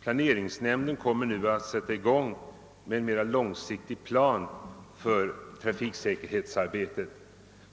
Planeringsnämnden kommer nu att sätta i gång med en mera långsiktig plan för trafiksäkerhetsarbetet.